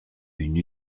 une